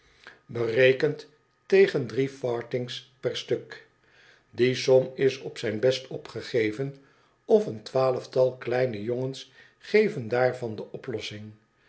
berekend tegen drie farthings per stuk die som is op zijn best opgegeven of een twaalftal kleine jongens geven daarvan de oplossing